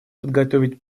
подготовить